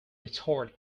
retort